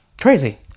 Crazy